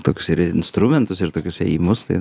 tokius ir instrumentus ir tokius ėjimus tai